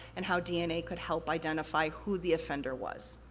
and how dna could help identify who the offender was.